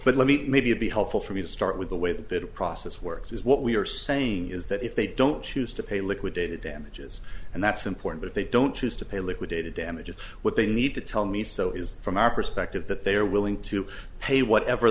but let me to maybe be helpful for me to start with the way that that process works is what we are saying is that if they don't choose to pay liquidated damages and that's important if they don't choose to pay liquidated damages what they need to tell me so is from our perspective that they are willing to pay whatever